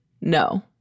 No